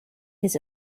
his